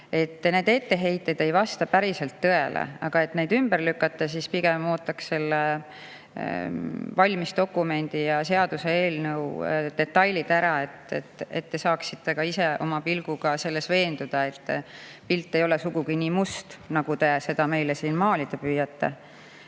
Need etteheited ei vasta päriselt tõele, aga et neid ümber lükata, siis ma pigem ootaks selle valmis dokumendi, seaduseelnõu detailid ära, et te saaksite ise, oma pilguga veenduda, et pilt ei ole sugugi nii must, nagu te meile siin maalida püüate.